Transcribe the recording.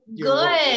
good